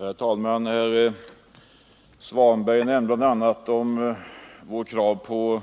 Herr talman! Herr Svanberg nämnde bl.a. vårt krav på